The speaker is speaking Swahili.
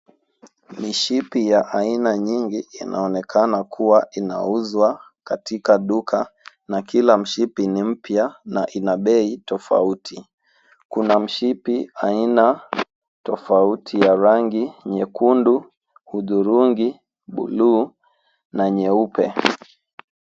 Mishipi ya aina nyingi inaonekana kuwa inauzwa katika duka. Na kila mshipi ni mpya na ina bei tofauti. Kuna mshipi aina tofauti ya rangi nyekundu, hudhurungi, buluu na nyeupe.